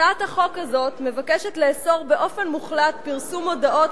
הצעת החוק הזאת מבקשת לאסור באופן מוחלט פרסום מודעות